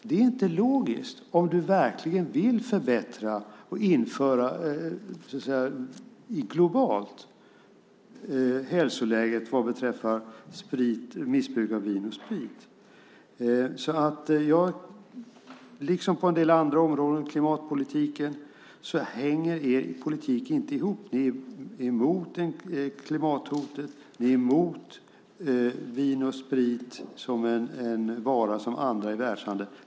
Det är inte logiskt, om du verkligen vill förbättra hälsoläget globalt vad beträffar missbruk av vin och sprit. Liksom på en del andra områden, till exempel klimatpolitiken, hänger er politik inte ihop. Ni är emot klimathotet. Ni är emot vin och sprit som en vara som andra i världshandeln.